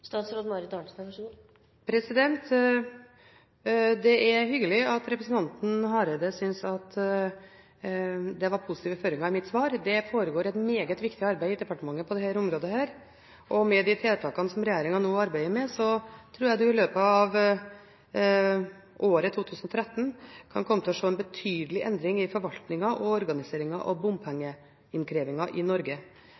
Det er hyggelig at representanten Hareide synes at det var positive føringer i mitt svar. Det foregår et meget viktig arbeid i departementet på dette området. Med de tiltakene som regjeringen nå arbeider med, tror jeg du i løpet av året 2013 kan komme til å se en betydelig endring i forvaltningen og organiseringen av